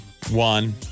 One